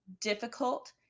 Difficult